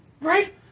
Right